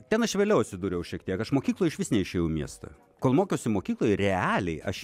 ten aš vėliau atsidūriau šiek tiek aš mokykloj išvis neišėjau į miestą kol mokiausi mokykloj realiai aš